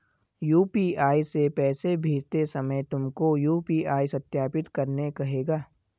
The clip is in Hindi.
यू.पी.आई से पैसे भेजते समय तुमको यू.पी.आई सत्यापित करने कहेगा